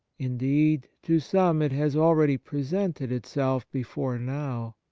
indeed, to some it has already presented itself before now.